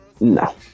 No